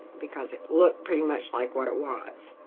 because it looked pretty much like what it was